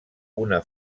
una